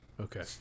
okay